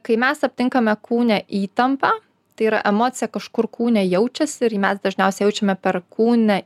kai mes aptinkame kūne įtampą tai yra emocija kažkur kūne jaučiasi ir jį mes dažniausiai jaučiame per kūne